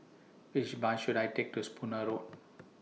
Which Bus should I Take to Spooner Road